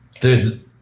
dude